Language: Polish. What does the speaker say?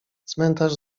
cmentarz